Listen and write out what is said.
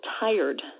tired